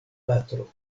patro